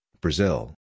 Brazil